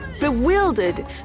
Bewildered